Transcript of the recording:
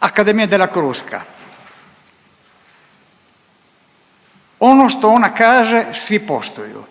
Accademia della Crusca. Ono što ona kaže, svi poštuju,